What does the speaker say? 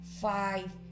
five